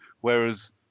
whereas